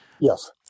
Yes